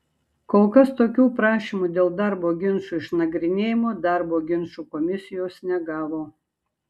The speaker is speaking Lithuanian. kol kas tokių prašymų dėl darbo ginčų išnagrinėjimo darbo ginčų komisijos negavo